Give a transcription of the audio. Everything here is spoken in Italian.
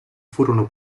furono